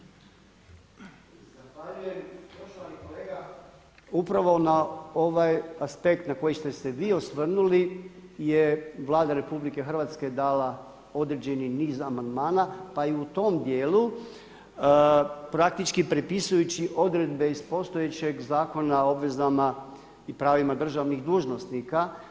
Poštovani kolega upravo na ovaj aspekt na koji ste se vi osvrnuli je Vlada RH dala određeni niz amandmana, pa i u tom dijelu praktički prepisujući odredbe iz postojećeg Zakona o obvezama i pravima državnih dužnosnika.